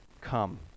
come